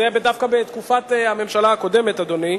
זה דווקא בתקופת הממשלה הקודמת, אדוני.